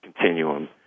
continuum